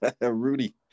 Rudy